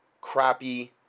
crappy